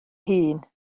hun